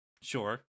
Sure